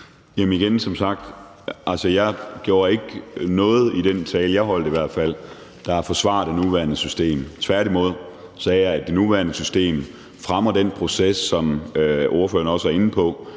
jeg ikke noget i den tale, jeg holdt, der forsvarer det nuværende system. Tværtimod sagde jeg, at det nuværende system fremmer den proces, som ordføreren også er inde på,